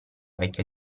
vecchia